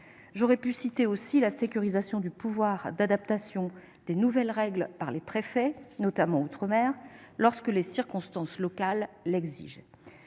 pourrais citer aussi la sécurisation du pouvoir d'adaptation des nouvelles règles par les préfets, notamment outre-mer, lorsque les circonstances locales l'exigent.